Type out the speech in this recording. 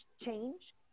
change